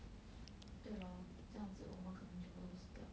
对 lor 这样子我们肯定全部都死掉